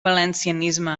valencianisme